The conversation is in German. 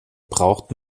braucht